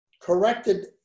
corrected